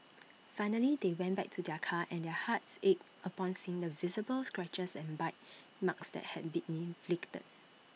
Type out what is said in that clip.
finally they went back to their car and their hearts ached upon seeing the visible scratches and bite marks that had been inflicted